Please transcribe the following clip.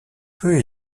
peu